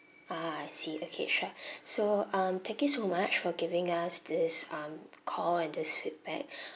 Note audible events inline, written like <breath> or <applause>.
ah I see okay sure <breath> so um thank you so much for giving us this um call and this feedback <breath>